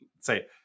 say